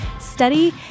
study